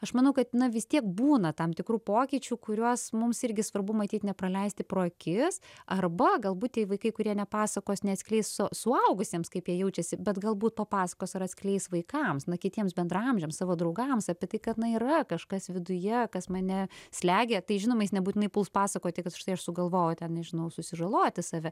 aš manau kad na vis tiek būna tam tikrų pokyčių kuriuos mums irgi svarbu matyt nepraleisti pro akis arba galbūt tie vaikai kurie nepasakos neatskleis suaugusiems kaip jie jaučiasi bet galbūt papasakos ar atskleis vaikams na kitiems bendraamžiams savo draugams apie tai kad na yra kažkas viduje kas mane slegia tai žinoma jis nebūtinai puls pasakoti kad štai aš sugalvojau ten nežinau susižaloti save